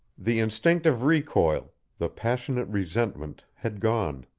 the instinctive recoil, the passionate resentment had gone.